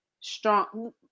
strong